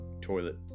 toilet